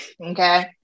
Okay